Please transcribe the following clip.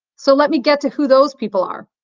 so let me get to who those people are.